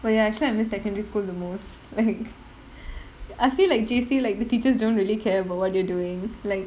but ya actually I miss secondary school the most like I feel like J_C like the teachers don't really care about what you're doing like